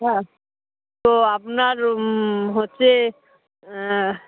হ্যাঁ তো আপনার হচ্ছে